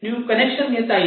new connection घेता येईल